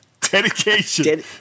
dedication